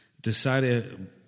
decided